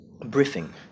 briefing